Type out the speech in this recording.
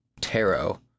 tarot